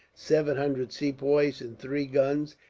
seven hundred sepoys, and three guns,